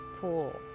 pool